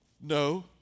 No